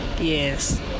yes